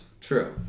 True